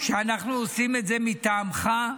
כשאנחנו עושים את זה מטעמך,